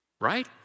Right